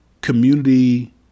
community